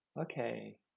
okay